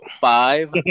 five